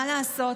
מה לעשות?